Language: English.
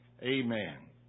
Amen